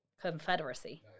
Confederacy